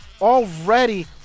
already